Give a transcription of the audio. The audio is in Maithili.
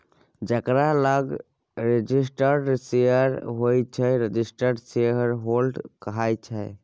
जकरा लग रजिस्टर्ड शेयर होइ छै रजिस्टर्ड शेयरहोल्डर कहाइ छै